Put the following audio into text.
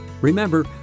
Remember